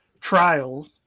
trial